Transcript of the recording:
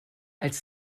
als